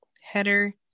header